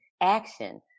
action